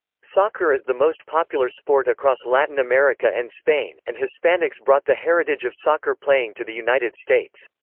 soccer is the most popular sport across latin america and spain, and hispanics brought the heritage of soccer playing to the united states.